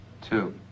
Two